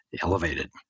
elevated